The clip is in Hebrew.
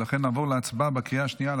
ולכן נעבור להצבעה בקריאה השנייה על